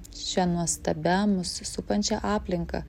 šia nuostabia mus supančia aplinka